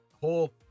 whole